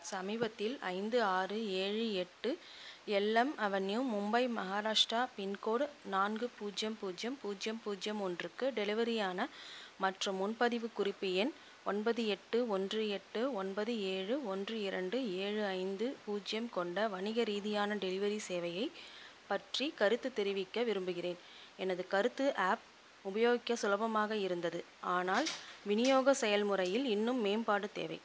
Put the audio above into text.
சமீபத்தில் ஐந்து ஆறு ஏழு எட்டு LM avenue Mumbai Maharashtra pincode நான்கு பூஜ்யம் பூஜ்யம் பூஜ்யம் பூஜ்யம் ஒன்றுக்கு டெலிவரியான மற்றும் முன்பதிவு குறிப்பு எண் ஒன்பது எட்டு ஒன்று எட்டு ஒன்பது ஏழு ஒன்று இரண்டு ஏழு ஐந்து பூஜ்யம் கொண்ட வணிக ரீதியான டெலிவரி சேவையை பற்றி கருத்து தெரிவிக்க விரும்புகிறேன் எனது கருத்து ஆப் உபயோகிக்க சுலபமாக இருந்தது ஆனால் விநியோக செயல்முறையில் இன்னும் மேம்பாடு தேவை